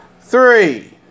three